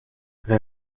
they